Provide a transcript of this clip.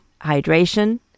hydration